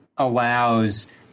allows